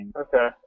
Okay